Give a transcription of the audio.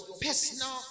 personal